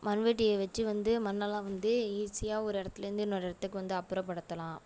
மண் வெட்டியை வச்சு வந்து மண்ணெல்லாம் வந்து ஈஸியாக ஒரு இடத்துல இருந்து இன்னொரு இடத்துக்கு வந்து அப்புறப்படுத்தலாம்